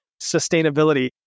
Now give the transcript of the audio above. sustainability